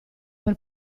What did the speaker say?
per